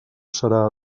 serà